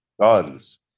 guns